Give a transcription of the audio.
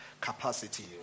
capacity